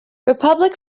republic